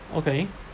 okay